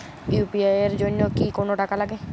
UPI এর জন্য কি কোনো টাকা লাগে?